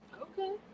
Okay